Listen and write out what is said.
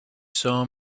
saw